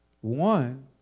One